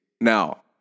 Now